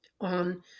on